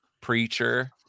preacher